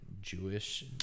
Jewish